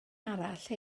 arall